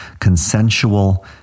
consensual